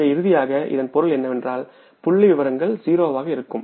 எனவே இறுதியாக இதன் பொருள் என்னவென்றால் புள்ளிவிவரங்கள் 0 ஆக இருக்கும்